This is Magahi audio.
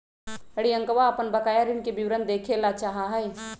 रियंका अपन बकाया ऋण के विवरण देखे ला चाहा हई